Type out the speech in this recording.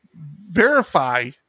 verify